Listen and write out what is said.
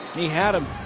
he had him.